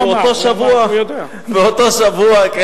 באותו שבוע, באותו שבוע, הוא אמר.